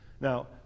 Now